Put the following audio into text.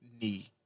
knee